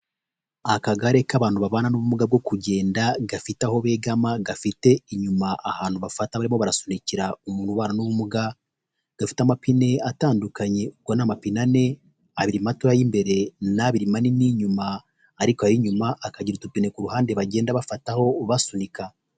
Akagare k'abantu babana n'ubumuga bwo kugenda gafite aho begama, gafite inyuma ahantu bafata barimo barasunikira umuntu ubana n'ubumuga, gafite amapine atandukanye ubwo ni amapine ane abiri matoya y'imbere n'abiri manini y'inyuma; ariko ayo y'inyuma akagira udupine ku ruhande bagenda bafataho basunika.